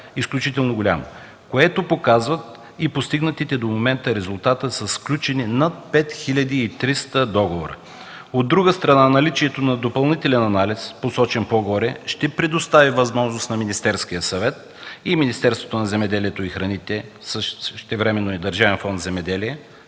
изключително голям, което показват и постигнатите резултати със сключени до момента над 5300 договора. От друга страна, наличието на допълнителен анализ, посочен по-горе, ще предостави възможност на Министерския съвет и Министерството на земеделието и храните, а същевременно и на Държавен фонд „Земеделие“